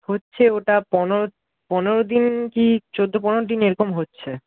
হচ্ছে ওটা পনেরো দিন কি চৌদ্দ পনেরো দিন এরকম হচ্ছে